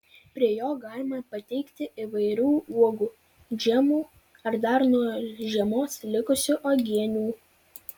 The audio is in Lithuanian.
prie jo galima pateikti įvairių uogų džemų ar dar nuo žiemos likusių uogienių